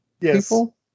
people